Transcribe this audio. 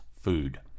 food